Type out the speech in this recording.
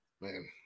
Man